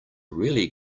really